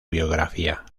biografía